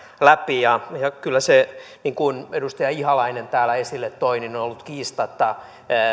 läpi kyllä se niin kuin edustaja ihalainen täällä esille toi on ollut kiistatta